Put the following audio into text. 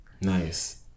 Nice